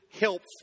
helpful